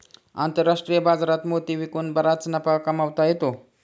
आंतरराष्ट्रीय बाजारात मोती विकून बराच नफा कमावता येतो